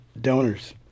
donors